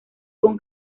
con